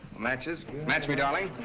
matches, match me darling.